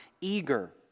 eager